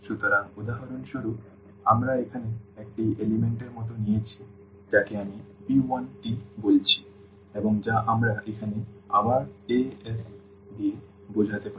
সুতরাং উদাহরণস্বরূপ আমরা এখানে একটি উপাদান এর মতো নিয়েছি যাকে আমি p1 বলছি এবং যা আমরা এখানে আবার a's দিয়ে বোঝাতে পারি